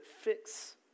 fix